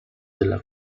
della